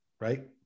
Right